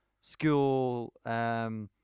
school